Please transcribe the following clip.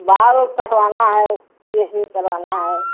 बाल कटवाना है फ़ेसियल करवाना है